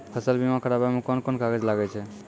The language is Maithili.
फसल बीमा कराबै मे कौन कोन कागज लागै छै?